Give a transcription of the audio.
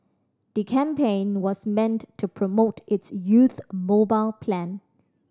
the campaign was meant to promote its youth mobile plan